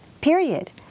period